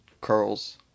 curls